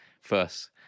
first